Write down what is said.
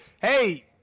Hey